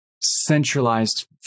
centralized